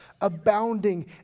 abounding